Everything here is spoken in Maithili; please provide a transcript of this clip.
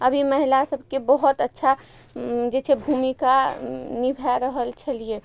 अभी महिला सबके बहुत अच्छा जे छै भूमिका निभा रहल छलियै